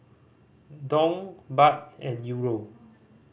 Dong Baht and Euro